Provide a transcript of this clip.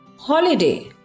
Holiday